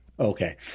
Okay